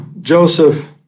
Joseph